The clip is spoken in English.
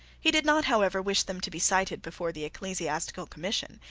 he did not, however, wish them to be cited before the ecclesiastical commission,